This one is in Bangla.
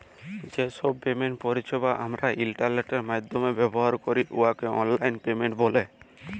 যে ছব পেমেন্ট পরিছেবা আমরা ইলটারলেটের মাইধ্যমে ব্যাভার ক্যরি উয়াকে অললাইল পেমেল্ট ব্যলে